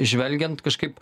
žvelgiant kažkaip